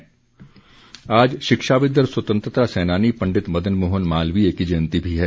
मालवीय आज शिक्षाविद् और स्वतंत्रता सेनानी पंडित मदनमोहन मालवीय की जयंती भी है